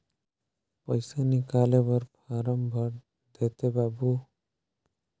पइसा निकाले बर फारम भर देते बाबु?